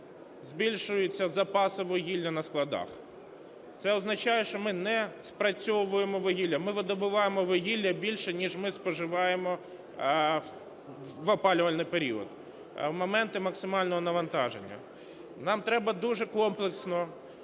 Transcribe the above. збільшуються запаси вугілля на складах. Це означає, що ми не спрацьовуємо вугілля. Ми видобуваємо вугілля більше, ніж ми споживаємо в опалювальний період в моменти максимального навантаження. Нам треба дуже комплексно,